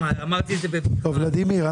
ולדימיר,